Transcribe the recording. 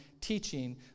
teaching